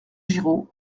giraud